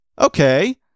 Okay